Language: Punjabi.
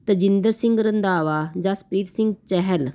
ਤਜਿੰਦਰ ਸਿੰਘ ਰੰਧਾਵਾ ਜਸਪ੍ਰੀਤ ਸਿੰਘ ਚਹਿਲ